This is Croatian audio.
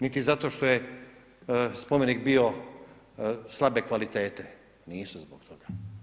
Niti zato što je spomenik bio slabe kvalitete, nisu zbog toga.